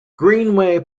greenway